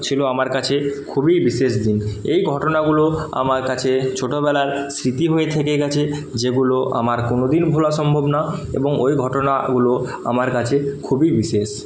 ছি আমার কাছে খুবই বিশেষ দিন এই ঘটনাগুলো আমার কাছে ছোটবেলার স্মৃতি হয়ে থেকে গেছে যেগুলো আমার কোনওদিন ভোলা সম্ভব না এবং ওই ঘটনাগুলো আমার কাছে খুবই বিশেষ